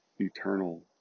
eternal